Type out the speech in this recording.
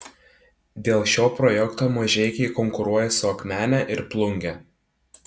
dėl šio projekto mažeikiai konkuruoja su akmene ir plunge